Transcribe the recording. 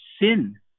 sin